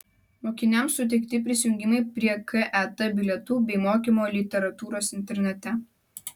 mokiniams suteikti prisijungimai prie ket bilietų bei mokymo literatūros internete